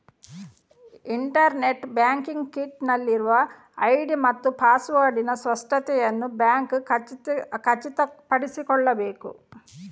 internet banking kit ನಲ್ಲಿರುವ ID ಮತ್ತು ಪಾಸ್ವರ್ಡಿನ ಸ್ಪಷ್ಟತೆಯನ್ನು ಬ್ಯಾಂಕ್ ಖಚಿತಪಡಿಸಿಕೊಳ್ಳಬೇಕು